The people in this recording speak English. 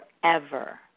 forever